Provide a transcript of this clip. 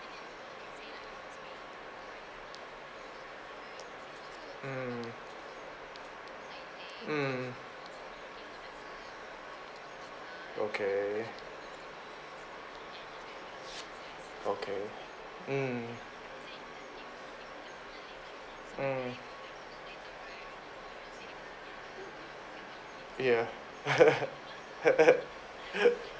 mm mm okay okay mm mm ya